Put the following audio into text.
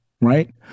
right